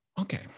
okay